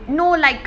no like